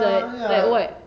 ya ya